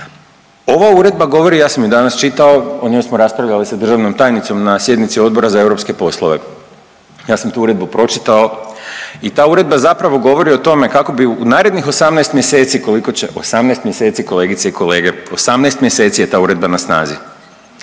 Ova uredba govori, ja sam ju danas čitao o njoj smo raspravljali sa državnom tajnicom na sjednici Odbora za europske poslove. Ja sam tu uredbu pročitao i ta uredba zapravo govori o tome kako bi u narednih 18 mjeseci koliko će, 18 mjeseci kolegice i kolege, 18 mjeseci je ta uredba na snazi.